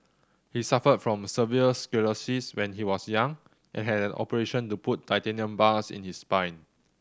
he suffered from severe sclerosis when he was young and had an operation to put titanium bars in his spine